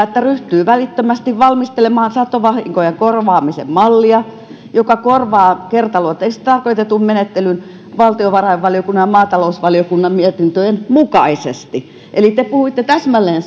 että ryhtyy välittömästi valmistelemaan satovahinkojen korvaamisen mallia joka korvaa kertaluonteiseksi tarkoitetun menettelyn valtiovarainvaliokunnan ja maatalousvaliokunnan mietintöjen mukaisesti eli te puhuitte täsmälleen